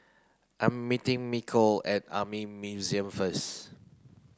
I'm meeting Mikel at Army Museum first